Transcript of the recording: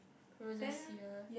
rosacea